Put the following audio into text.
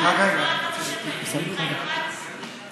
מה אתה רוצה שאני אגיד לך, את הממשלה, מה לעשות?